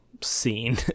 scene